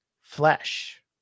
flesh